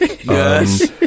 Yes